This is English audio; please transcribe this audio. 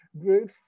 great